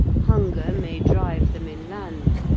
hunger may drive them inland,